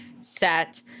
set